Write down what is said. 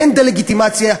אין דה-לגיטימציה,